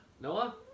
noah